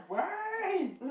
why